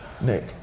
Nick